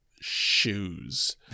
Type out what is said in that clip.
shoes